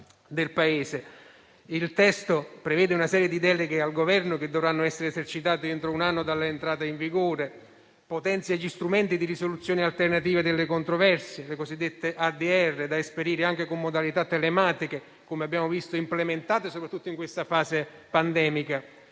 Il testo prevede una serie di deleghe al Governo che dovranno essere esercitate entro un anno dall'entrata in vigore. Si potenziano gli strumenti di risoluzione alternativa delle controversie (la cosiddetta ADR) da esperire anche con modalità telematiche, che abbiamo visto implementate soprattutto in questa fase pandemica,